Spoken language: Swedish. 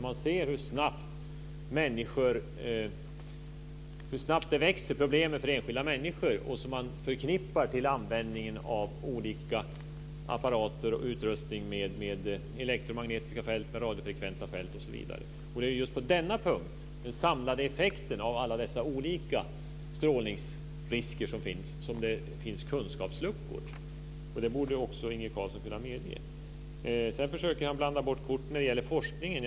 Man ser hur snabbt problem som man förknippar med användning av olika apparater och utrustning med elektromagnetiska fält, radiofrekventa fält osv., växer för enskilda människor. Det är just på denna punkt - den samlade effekten av alla dessa olika strålningsrisker som finns - som det finns kunskapsluckor. Det borde också Inge Carlsson kunna medge. Sedan försöker han blanda bort korten när det gäller forskningen.